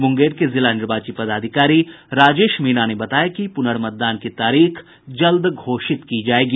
मुंगेर के जिला निर्वाची पदाधिकारी राजेश मीणा ने बताया कि पुनर्मतदान की तारीख जल्द घोषित की जायेगी